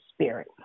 Spirit